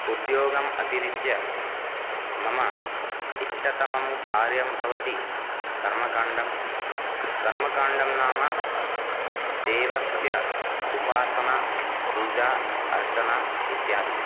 उद्योगम् अतिरिच्य मम इष्टतमं कार्यं भवति कर्मकाण्डम् कर्मकाण्डं नाम देवस्य उपासना पूजा अर्चना इत्यादि